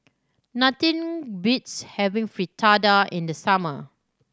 nothing beats having Fritada in the summer